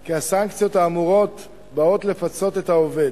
כי הסנקציות האמורות באות לפצות את העובד.